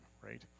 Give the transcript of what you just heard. right